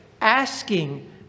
asking